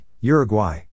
Uruguay